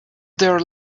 there